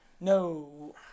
No